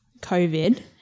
COVID